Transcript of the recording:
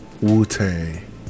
Wu-Tang